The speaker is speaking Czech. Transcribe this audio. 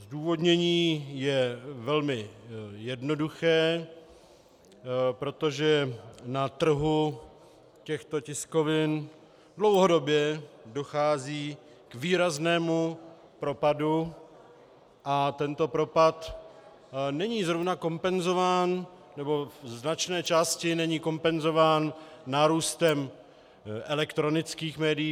Zdůvodnění je velmi jednoduché, protože na trhu těchto tiskovin dlouhodobě dochází k výraznému propadu a tento propad není zrovna kompenzován, nebo ze značné části není kompenzován nárůstem elektronických médií.